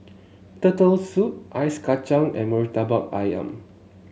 Turtle Soup Ice Kachang and Murtabak ayam